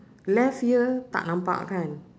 left ear tak nampak kan